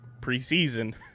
preseason